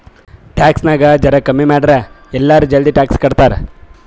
tax ನಾಗ್ ಜರಾ ಕಮ್ಮಿ ಮಾಡುರ್ ಎಲ್ಲರೂ ಜಲ್ದಿ ಟ್ಯಾಕ್ಸ್ ಕಟ್ತಾರ್